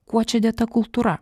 kuo čia dėta kultūra